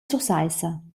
sursaissa